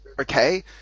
okay